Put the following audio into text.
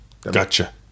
Gotcha